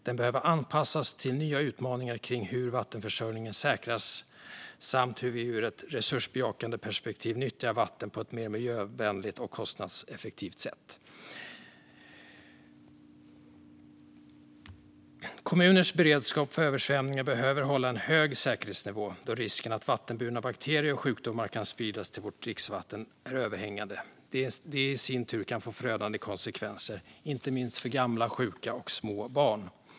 Den behöver anpassas till nya utmaningar när det gäller hur vattenförsörjningen säkras samt hur vi ur ett resursbejakande perspektiv nyttjar vatten på ett mer miljövänligt och kostnadseffektivt sätt. Kommuners beredskap för översvämningar behöver hålla en hög säkerhetsnivå då risken att vattenburna bakterier och sjukdomar sprids till vårt dricksvatten är överhängande, vilket i sin tur kan få förödande konsekvenser, inte minst för små barn, gamla och sjuka.